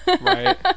right